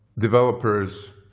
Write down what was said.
developers